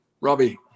Robbie